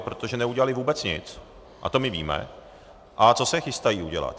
Protože neudělali vůbec nic, to my víme, a co se chystají udělat.